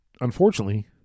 unfortunately